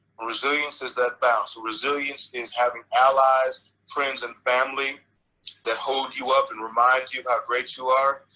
resilience is that bounce. resilience is having allies, friends, and family that hold you up and remind you how great you are.